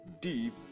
deep